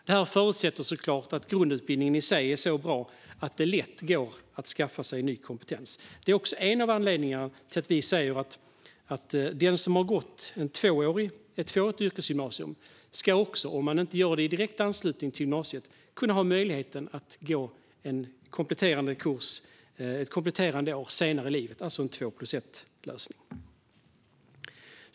Detta förutsätter såklart att grundutbildningen i sig är så bra att det lätt går att skaffa sig ny kompetens. Detta är också en av anledningarna till att vi säger att den som har gått ett tvåårigt yrkesgymnasium ska, om man inte gör det i direkt anslutning till gymnasiet, ha möjlighet att gå en kompletterande kurs senare i livet, det vill säga en två-plus-ett-lösning.